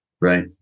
right